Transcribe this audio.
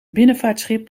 binnenvaartschip